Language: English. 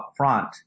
upfront